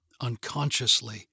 unconsciously